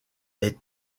est